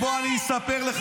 בוא אני אספר לך,